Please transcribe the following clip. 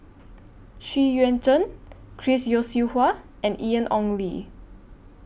Xu Yuan Zhen Chris Yeo Siew Hua and Ian Ong Li